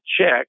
check